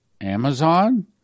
Amazon